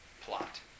plot